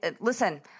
listen